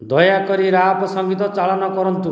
ଦୟାକରି ରାପ୍ ସଙ୍ଗୀତ ଚାଳନ କରନ୍ତୁ